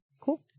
cool